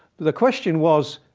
the question was,